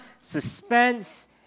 suspense